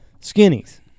Skinnies